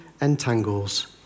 entangles